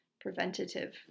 preventative